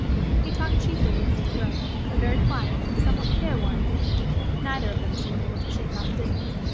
he talked chiefly with mr. grove, a very quiet, somewhat careworn man neither of them seemed able to shake off business,